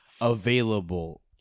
available